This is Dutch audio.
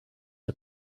het